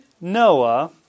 Noah